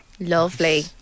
Lovely